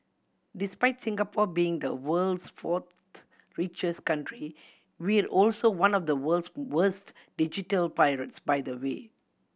despite Singapore being the world's fourth richest country we're also one of the world's worst digital pirates by the way